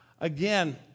again